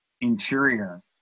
interior